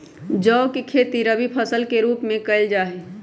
जौ के खेती रवि फसल के रूप में कइल जा हई